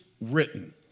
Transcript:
written